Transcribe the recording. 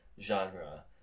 genre